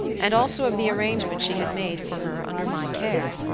and also of the arrangement she had made for her under my care,